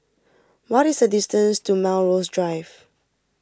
what is the distance to Melrose Drive